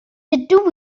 ydw